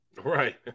Right